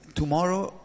tomorrow